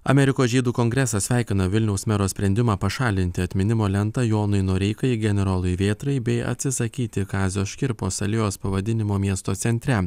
amerikos žydų kongresas sveikina vilniaus mero sprendimą pašalinti atminimo lentą jonui noreikai generolui vėtrai bei atsisakyti kazio škirpos alėjos pavadinimo miesto centre